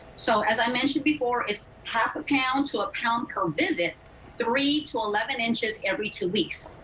so as i mentioned before, it's half a pound to a pound per visit three to eleven inches every two weeks.